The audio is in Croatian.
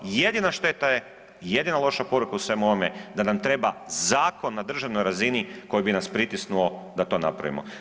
Jedina šteta je, jedina loša poruka u svemu ovome da nam treba zakon na državnoj razini koji bi nas pritisnuo da to napravimo.